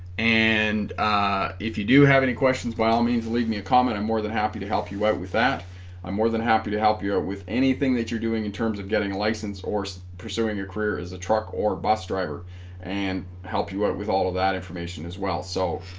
and ah if you do have any questions by all means leave me a comment i'm more than happy to help you out with that i'm more than happy to help you with anything that you're doing in terms of getting a license or pursuing your career is a truck or bus driver and help you out with all of that information as well so